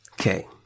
okay